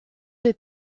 des